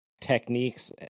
techniques